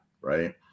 right